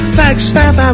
Flagstaff